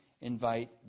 invite